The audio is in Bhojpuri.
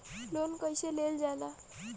लोन कईसे लेल जाला?